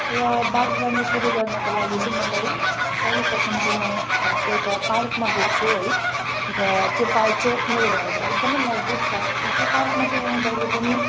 र बागवानी सुरु गर्नाका लागि चाहिँ मलाई सर्वप्रथम चाहिँ म एउटा पार्कमा गएको थिएँ है र त्यो पार्क चाहिँ मेरो घरबाट एकदमै नजिक छ र त्यो पार्कमा चाहिँ म जहिले पनि